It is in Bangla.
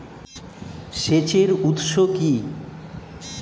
সেচের উৎস কি?